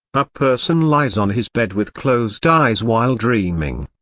a person lies on his bed with closed eyes while dreaming.